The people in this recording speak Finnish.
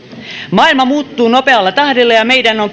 maailma muuttuu nopealla tahdilla ja meidän on